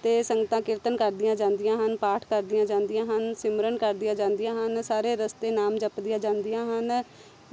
ਅਤੇ ਸੰਗਤਾਂ ਕੀਰਤਨ ਕਰਦੀਆਂ ਜਾਂਦੀਆਂ ਹਨ ਪਾਠ ਕਰਦੀਆਂ ਜਾਂਦੀਆਂ ਹਨ ਸਿਮਰਨ ਕਰਦੀਆਂ ਜਾਂਦੀਆਂ ਹਨ ਸਾਰੇ ਰਸਤੇ ਨਾਮ ਜਪਦੀਆਂ ਜਾਂਦੀਆਂ ਹਨ